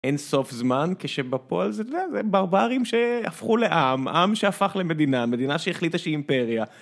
אין סוף זמן, כשבפועל זה ברברים שהפכו לעם, עם שהפך למדינה, מדינה שהחליטה שהיא אימפריה.